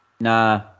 Nah